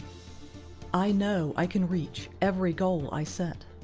i know i can reach every goal i set.